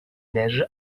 neiges